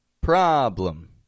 problem